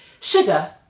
sugar